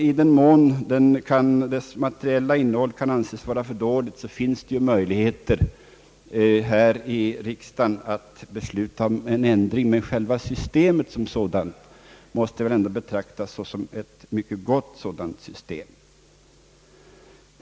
I den mån dess materiella innehåll kan anses vara för dåligt, finns det möjligheter här i riksdagen att besluta om en ändring, men själva systemet som sådant måste väl ändå betraktas som ett mycket gott system.